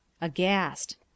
Aghast